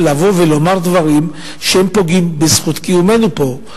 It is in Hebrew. לבוא ולומר דברים שפוגעים בזכות קיומנו פה.